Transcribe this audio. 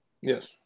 Yes